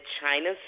China